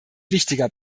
wichtiger